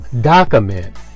document